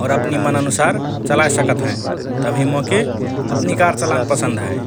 और अपनि मन अनुसार चलाए सकत हएँ । तभि मोके अपनि कार चलान पसन्द हए